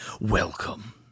welcome